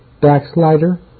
Backslider